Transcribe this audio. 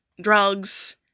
drugs